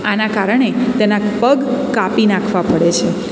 આના કારણે તેના પગ કાપી નાખવા પડે છે